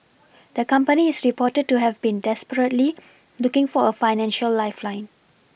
the company is reported to have been desperately looking for a financial lifeline